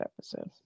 episode